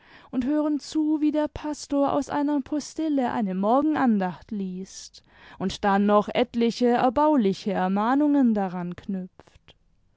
und hören zu wie der pastor aus einer postille eine morgenandacht liest und dann noch etliche erbauliche ermahnungen daran knüpft